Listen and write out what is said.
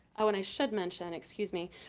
i mean i should mention, excuse me.